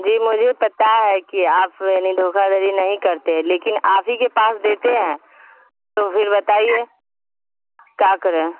جی مجھے پتہ ہے کہ آپ یعنی دھوکا دھری نہیں کرتے لیکن آپ ہی کے پاس دیتے ہیں تو فر بتائیے کیا کریں